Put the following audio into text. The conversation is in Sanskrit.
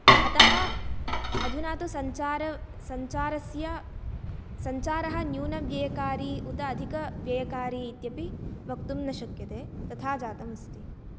अतः अधुना तु सञ्चार सञ्चारस्य सञ्चारः न्यूनव्ययकारी उत अधिकव्ययकारी इत्यपि वक्तुं न शक्यते तथा जातम् अस्ति